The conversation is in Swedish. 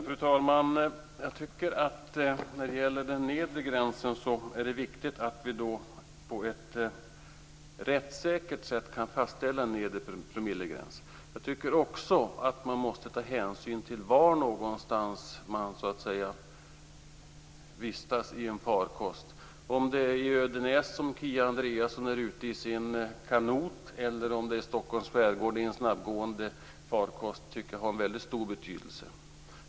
Fru talman! När det gäller en nedre gräns är det viktigt att vi på ett rättssäkert sätt kan fastställa en nedre promillegräns. Vi måste också ta hänsyn till var man vistas i en farkost. Det har stor betydelse om det är i Ödenäs som Kia Andreasson är ute i sin kanot eller om det är i Stockholms skärgård som någon kör en snabbgående farkost.